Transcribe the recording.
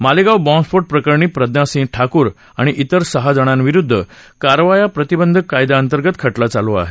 मालेगाव बॉंबस्फोट प्रकरणी प्रज्ञा सिंग ठाकूर आणि इतर सहाजणां विरुद्ध करावाया प्रतिबंधक कायद्याअंतर्गत खटला चालू आहे